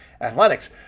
athletics